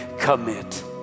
commit